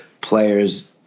players